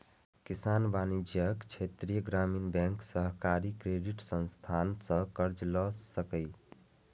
किसान वाणिज्यिक, क्षेत्रीय ग्रामीण बैंक, सहकारी क्रेडिट संस्थान सं कर्ज लए सकैए